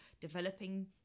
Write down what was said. developing